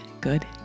good